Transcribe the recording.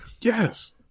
Yes